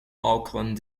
auckland